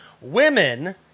Women